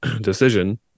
decision